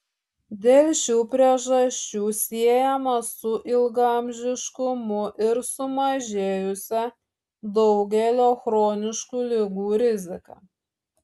dėl šių priežasčių siejama su ilgaamžiškumu ir sumažėjusia daugelio chroniškų ligų rizika